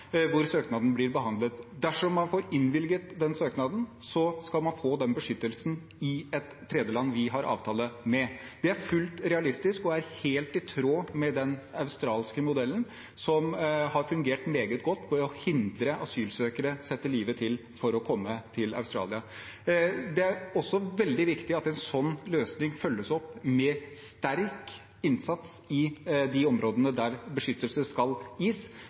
hvor søknaden blir behandlet. Dersom man får innvilget den søknaden, skal man få den beskyttelsen i et tredjeland vi har avtale med. Det er fullt realistisk og helt i tråd med den australske modellen, som har fungert meget godt for å hindre asylsøkere i å sette livet til for å komme til Australia. Det er også veldig viktig at en sånn løsning følges opp med sterk innsats i de områdene der beskyttelse skal gis.